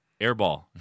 airball